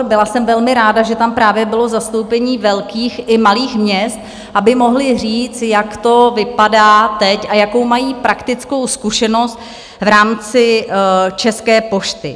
Byla jsem velmi ráda, že tam právě bylo zastoupení velkých i malých měst, aby mohli říct, jak to vypadá teď a jakou mají praktickou zkušenost v rámci České pošty.